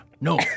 No